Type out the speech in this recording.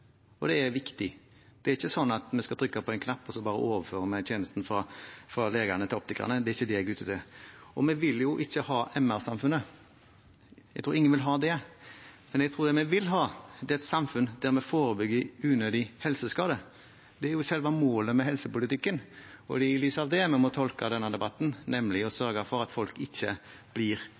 og det er viktig. Det er ikke sånn at vi skal trykke på en knapp, og så bare overfører vi tjenesten fra legene til optikerne – det er ikke det jeg er ute etter. Og vi vil ikke ha MR-samfunnet. Jeg tror ingen vil ha det. Det jeg tror vi vil ha, er et samfunn der vi forebygger unødig helseskade. Det er jo selve målet med helsepolitikken. Det er i lys av det vi må tolke denne debatten, nemlig å sørge for at folk ikke blir